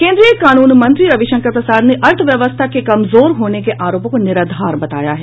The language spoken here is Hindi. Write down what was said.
केंद्रीय कानून मंत्री रविशंकर प्रसाद ने अर्थव्यवस्था के कमजोर होने के आरोपों को निराधार बताया है